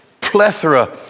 plethora